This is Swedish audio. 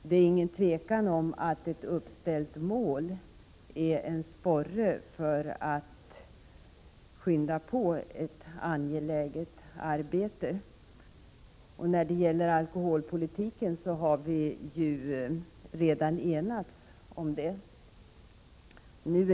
Det råder inget tvivel om att ett uppställt mål är en sporre för att skynda på det angelägna arbetet. När det gäller alkoholpolitiken har vi redan enats om ett mål.